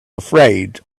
afraid